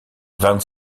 van